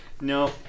No